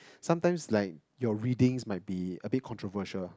sometimes like your reading might be a bit controversial